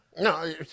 No